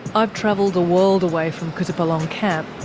i've travelled a world away from kutupalong camp.